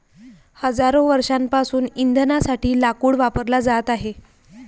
हजारो वर्षांपासून इंधनासाठी लाकूड वापरला जात आहे